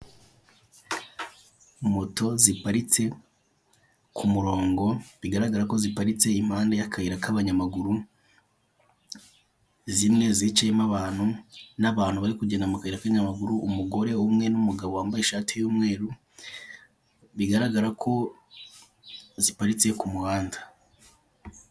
Moto ziparaitse ku murongo bigaragara ko ziparitse impande y'akayira k'abanyamaguru zimwe zicayemo abantu n'abantu bari kugenda mu kayira k'abanyamaguru, umugore umwe n'umugabo wambaye ishati y'umweru bigaragara ko ziparitse ku muhanda.